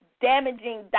damaging